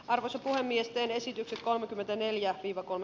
arvoisa puhemies ben esitykset kolmekymmentäneljä viidakon